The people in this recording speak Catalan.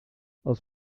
els